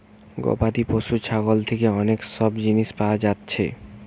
গবাদি পশু ছাগল থিকে অনেক সব জিনিস পায়া যাচ্ছে